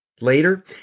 Later